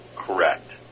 correct